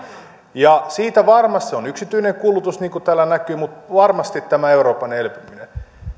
ja syynä varmasti on yksityinen kulutus niin kuin täällä näkyy mutta varmasti tämä euroopan elpyminen